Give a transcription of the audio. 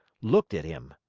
looked at him.